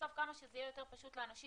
בסוף כמה שזה יהיה יותר פשוט לאנשים